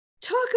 Talk